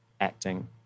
acting